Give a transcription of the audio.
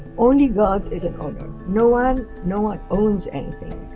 only god is an owner. no one no one owns anything.